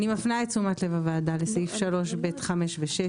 אני מפנה את תשומת לב הוועדה לסעיף 3(ב)(5) ו-(6),